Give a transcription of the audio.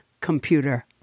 computer